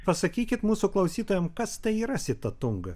pasakykit mūsų klausytojams kas tai yra sitatunga